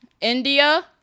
India